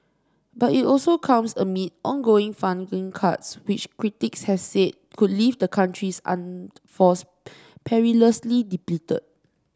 but it also comes amid ongoing funding cuts which critics have said could leave the country's armed forces perilously depleted